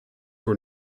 were